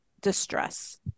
distress